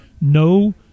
no